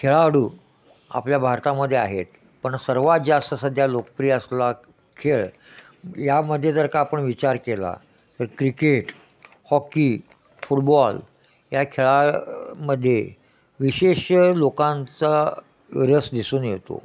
खेळाडू आपल्या भारतामध्ये आहेत पण सर्वात जास्त सध्या लोकप्रिय असलेला खेळ यामध्ये जर का आपण विचार केला तर क्रिकेट हॉकी फुटबॉल या खेळा मध्ये विशेष लोकांचा रस दिसून येतो